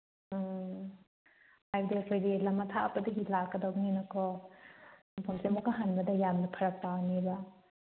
ꯎꯝ ꯍꯥꯏꯕꯗꯤ ꯑꯩꯈꯣꯏꯗꯤ ꯂꯝ ꯑꯊꯥꯞꯄꯗꯒꯤ ꯂꯥꯛꯀꯗꯧꯕꯅꯤꯅꯀꯣ ꯃꯐꯝꯁꯦ ꯑꯃꯨꯛꯀ ꯍꯟꯕꯗ ꯌꯥꯝꯅ ꯐꯔꯛ ꯇꯥꯅꯦꯕ